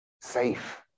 Safe